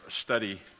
study